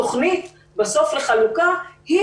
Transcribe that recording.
התוכנית לחלוקה בסוף היא,